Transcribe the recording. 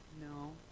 No